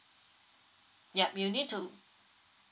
yup you need to